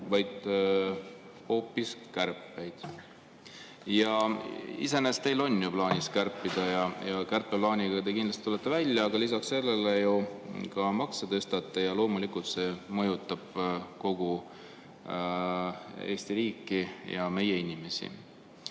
vaid hoopis kärpeid. Iseenesest teil on plaanis kärpida ja kärpeplaaniga te kindlasti tulete välja, aga lisaks sellele te tõstate ju ka makse. Loomulikult see mõjutab kogu Eesti riiki ja meie inimesi.